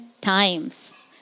times